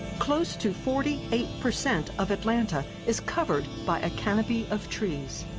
close to forty eight percent of atlanta is covered by a canopy of trees.